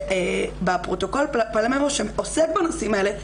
שבפרוטוקול פלמרו שעוסק בנושאים האלה,